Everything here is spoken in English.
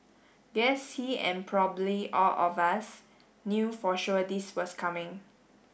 guess he and probably all of us knew for sure this was coming